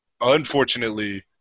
unfortunately